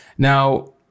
Now